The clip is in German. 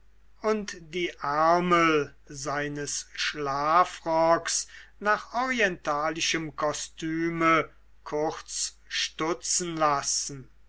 und die ärmel seines schlafrocks nach orientalischem kostüme kurz stutzen lassen